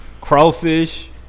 crawfish